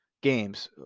games